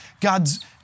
God's